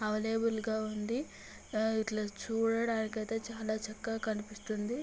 అవైలబుల్గా ఉంది ఇట్లా చూడటానికైతే చాలా చక్కగా కనిపిస్తుంది